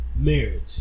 Marriage